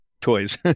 toys